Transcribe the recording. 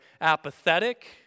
apathetic